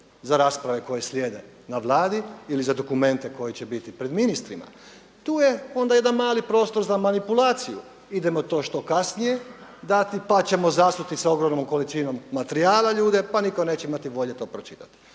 za rasprave koje slijede na Vladi ili za dokumente koji će biti pred ministrima. Tu je onda jedan mali prostor za manipulaciju. Idemo to što kasnije dati, pa ćemo zasuti sa ogromnom količinom materijala ljude, pa nitko neće imati volje to pročitati.